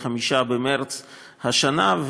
ל-5 במרס השנה,